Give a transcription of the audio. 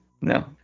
No